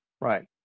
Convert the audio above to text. Right